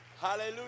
Hallelujah